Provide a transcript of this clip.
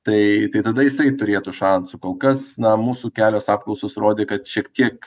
tai tai tada jisai turėtų šansų kol kas na mūsų kelios apklausos rodė kad šiek tiek